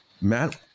Matt